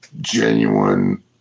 genuine